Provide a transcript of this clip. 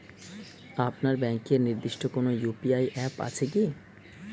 আপনার ব্যাংকের নির্দিষ্ট কোনো ইউ.পি.আই অ্যাপ আছে আছে কি?